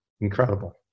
incredible